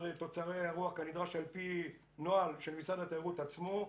תוצרי האירוח כנדרש על פי נוהל של משרד התיירות עצמו.